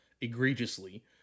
egregiously